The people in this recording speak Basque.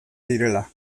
direla